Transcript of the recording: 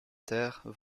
terre